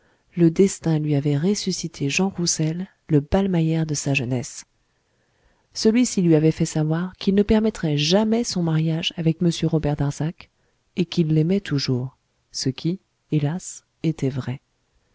le destin lui avait ressuscité jean roussel le ballmeyer de sa jeunesse celui-ci lui avait fait savoir qu'il ne permettrait jamais son mariage avec m robert darzac et qu il l'aimait toujours ce qui hélas était vrai